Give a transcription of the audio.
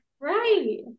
Right